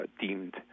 deemed